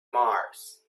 mars